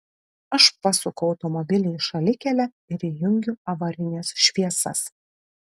aš pasuku automobilį į šalikelę ir įjungiu avarines šviesas